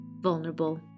vulnerable